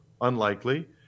unlikely